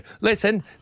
Listen